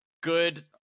good